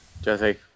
Jesse